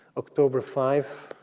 october five,